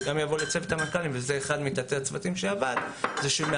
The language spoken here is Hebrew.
שגם יבוא לצוות המנכ"לים זה אחד מתתי-הצוותים שעבד הוא הנכונות